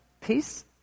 peace